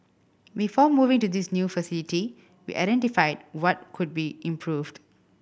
before moving to this new facility we identified what could be improved